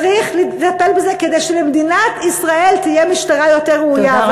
צריך לטפל בזה כדי שלמדינת ישראל תהיה משטרה יותר ראויה.